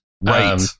Right